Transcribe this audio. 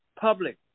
Public